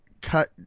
cut